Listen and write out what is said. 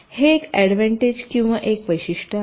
हे एक ऍडव्हेंटज किंवा एक वैशिष्ट्य आहे